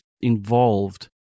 involved